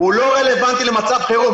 הוא לא רלוונטי למצב חירום.